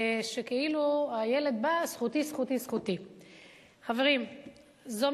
מצב, שכאילו הילד בא: זכותי, זכותי, זכותי.